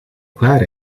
klaar